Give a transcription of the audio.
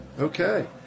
Okay